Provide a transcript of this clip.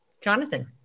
Jonathan